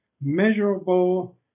measurable